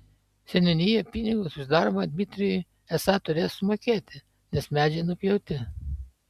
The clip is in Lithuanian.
seniūnija pinigus už darbą dmitrijui esą turės sumokėti nes medžiai nupjauti